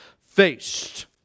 faced